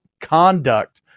conduct